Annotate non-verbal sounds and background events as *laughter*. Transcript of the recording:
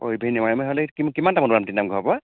অ *unintelligible* কিমান টাইমত নামঘৰৰ পৰা